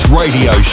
radio